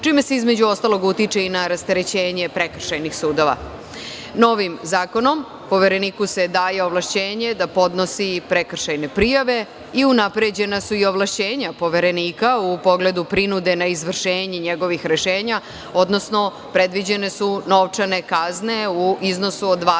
čime se između ostalog utiče i na rasterećenje prekršajnih sudova. Novim zakonom Povereniku se daje ovlašćenje da podnosi i prekršajne prijave i unapređena su i ovlašćenja Poverenika u pogledu prinude na izvršenje njegovih rešenja, odnosno predviđene su novčane kazne u iznosu od 20